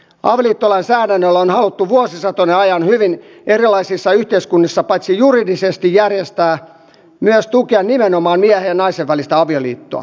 avioliittolainsäädännöllä on haluttu vuosisatojen ajan hyvin erilaisissa yhteiskunnissa paitsi juridisesti järjestää myös tukea nimenomaan miehen ja naisen välistä avioliittoa